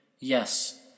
Yes